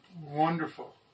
wonderful